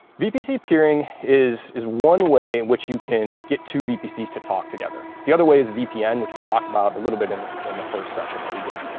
vpc peering is is one way in which you can get two vpcs to talk together. the other way is vpn, which we talked about a little bit in in the first session that we did.